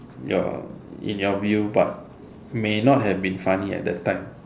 your in your view but may not have been funny at that time